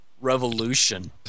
revolution